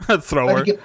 thrower